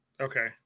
Okay